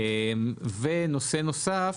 ונושא נוסף,